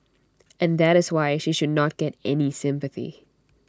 and that is why she should not get any sympathy